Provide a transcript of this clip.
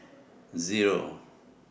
Zero